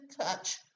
touch